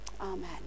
Amen